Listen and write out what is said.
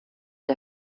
der